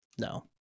No